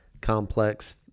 complex